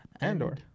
Andor